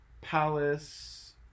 Palace